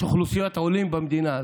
יש אוכלוסיות עולים במדינה הזאת,